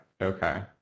okay